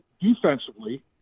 defensively